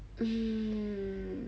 mm